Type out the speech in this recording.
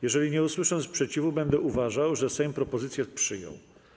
Jeżeli nie usłyszę sprzeciwu, będę uważał, że Sejm propozycję przyjął.